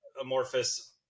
amorphous